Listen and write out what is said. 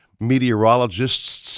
meteorologists